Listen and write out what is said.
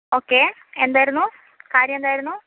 okay എന്തായിരുന്നു കാര്യം എന്തായിരുന്നു